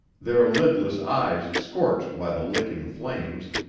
their lidless eyes scorched by the licking flames,